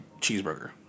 cheeseburger